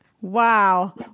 Wow